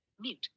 Mute